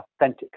authentic